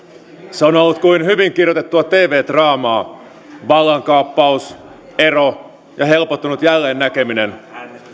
se on ollut kuin hyvin kirjoitettua tv draamaa vallankaappaus ero ja helpottunut jälleennäkeminen